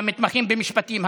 למתמחים במשפטים,